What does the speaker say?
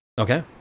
okay